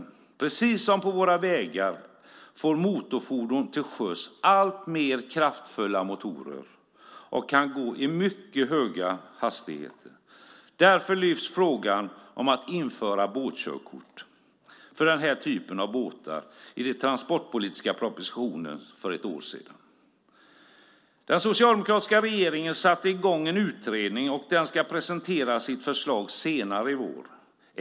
Precis som på våra vägar får motorfordonen till sjöss alltmer kraftfulla motorer och kan gå i mycket höga hastigheter. Därför lyftes frågan om att införa båtkörkort för den här typen av båtar fram i den transportpolitiska propositionen för ett år sedan. Den socialdemokratiska regeringen satte i gång en utredning, och den ska presentera sitt förslag senare i vår.